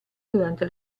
durante